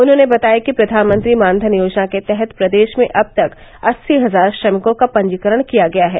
उन्होंने बताया कि प्रधानमंत्री मानधन योजना के तहत प्रदेष में अब तक अस्सी हजार श्रमिकों का पंजीकरण किया गया है